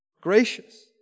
gracious